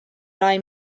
rai